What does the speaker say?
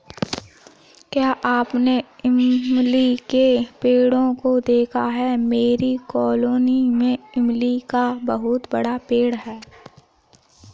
क्या आपने इमली के पेड़ों को देखा है मेरी कॉलोनी में इमली का बहुत बड़ा पेड़ है